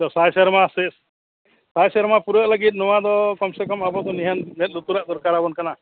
ᱥᱟᱭ ᱥᱮᱨᱢᱟ ᱥᱮᱥ ᱥᱟᱭ ᱥᱮᱨᱢᱟ ᱯᱩᱨᱟᱹᱜ ᱞᱟᱹᱜᱤᱫ ᱱᱚᱣᱟᱫᱚ ᱠᱚᱢ ᱥᱮ ᱠᱚᱢ ᱟᱵᱚᱫᱚ ᱱᱮᱦᱟᱛ ᱢᱮᱫᱼᱞᱩᱛᱩᱨᱟᱜ ᱫᱚᱨᱠᱟᱨᱟᱵᱚᱱ ᱠᱟᱱᱟ